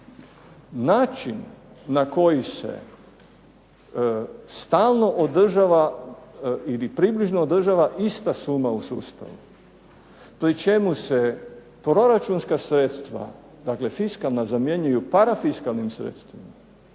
Način na koji se stalno održava ili približno održava ista suma u sustavu, pri čemu se proračunska sredstva, dakle fiskalna zamjenjuju parafiskalnim sredstvima,